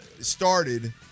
started